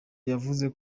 yavuze